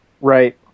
right